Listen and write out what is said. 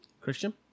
Christian